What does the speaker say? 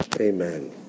Amen